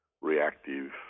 reactive